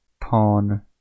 pawn